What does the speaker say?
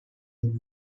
whom